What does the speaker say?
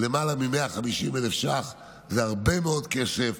למעלה מ-150,000 שקל, זה הרבה מאוד כסף.